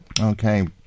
Okay